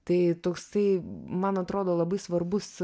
tai toksai man atrodo labai svarbus